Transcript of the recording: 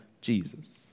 Jesus